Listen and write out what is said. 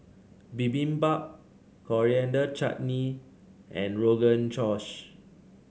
Bibimbap Coriander Chutney and Rogan Josh